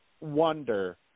wonder